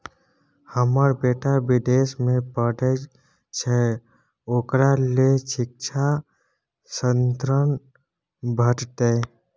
हमर बेटा विदेश में पढै छै ओकरा ले शिक्षा ऋण भेटतै?